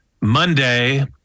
Monday